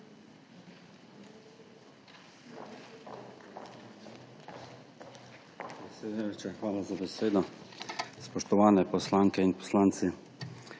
Hvala za besedo. Spoštovane poslanke in poslanci!